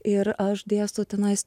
ir aš dėstau tenais